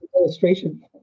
illustration